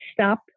stop